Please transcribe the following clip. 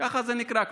כך זה נקרא,